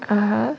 (uh huh)